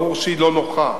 ברור שהיא לא נוחה,